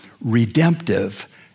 redemptive